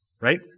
Right